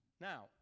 Now